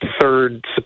third